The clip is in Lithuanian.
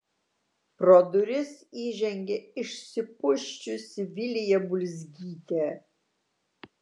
pro duris įžengė išsipusčiusi vilija bulzgytė